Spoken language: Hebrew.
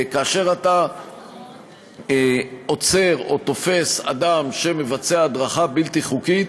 כאשר אתה עוצר או תופס אדם שמבצע הדרכה בלתי חוקית,